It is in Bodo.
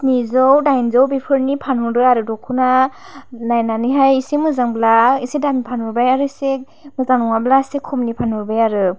स्निजौ दाइनजौ बेफोरनि फानहरो आरो दख'ना नायनानै हाय एसे मोजांब्ला एसे दामनि फानहरबाय आरो एसे मोजां नङाब्ला एसे खमनि फानहरबाय आरो